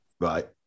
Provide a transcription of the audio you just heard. right